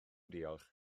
diolch